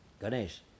Ganesh